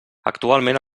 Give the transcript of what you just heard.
actualment